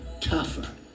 tougher